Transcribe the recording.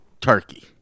turkey